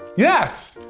yes!